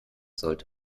sollte